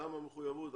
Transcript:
גם המחויבות,